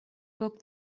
book